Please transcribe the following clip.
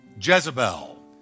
Jezebel